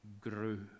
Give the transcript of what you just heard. grew